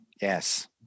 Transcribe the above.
yes